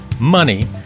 money